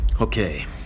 Okay